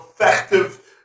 effective